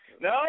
No